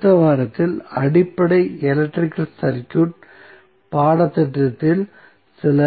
அடுத்த வாரத்தில் அடிப்படை எலக்ட்ரிகல் சர்க்யூட் பாடத்திட்டத்தில் சில